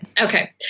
Okay